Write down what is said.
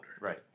Right